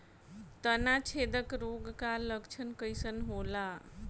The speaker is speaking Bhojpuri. तना छेदक रोग का लक्षण कइसन होला?